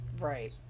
Right